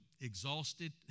exhausted